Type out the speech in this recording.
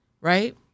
right